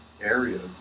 areas